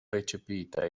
recepita